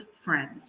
friend